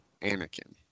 Anakin